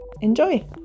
Enjoy